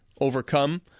overcome